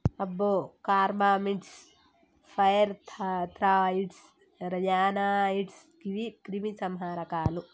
అబ్బో carbamates, pyrethroids, ryanoids గీవి క్రిమి సంహారకాలు